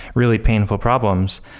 really painful problems.